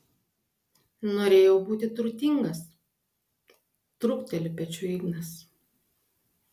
norėjau būti turtingas trūkteli pečiu ignas